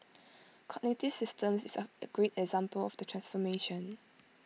cognitive systems is A great example of the transformation